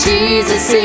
Jesus